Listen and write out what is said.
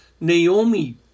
Naomi